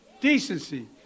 decency